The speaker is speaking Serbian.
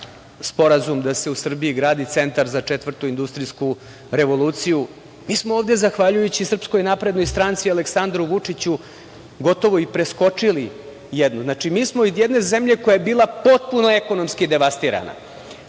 sporazum da se u Srbiji gradi centar za Četvrtu industrijsku revoluciju. Mi smo ovde zahvaljujući SNS i Aleksandru Vučiću gotovo i preskočili jednu. Znači, mi smo od jedne zemlje koja je bila potpuno ekonomski devastirana,